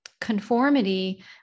conformity